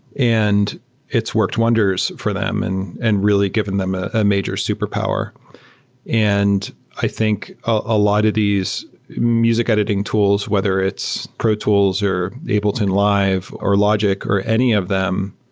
and it's worked wonders for them and and really given them ah a major superpower and i think a lot of these music editing tools, whether it's pro tools, or ableton live, or logic, or any of them,